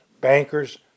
bankers